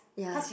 ya